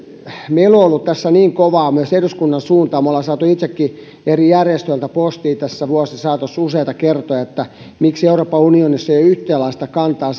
on ollut tässä kovaa myös eduskunnan suuntaan me olemme saaneet itsekin eri järjestöiltä postia tässä vuosien saatossa useita kertoja että miksi euroopan unionissa ei ole yhdenlaista kantaa